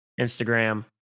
Instagram